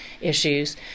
issues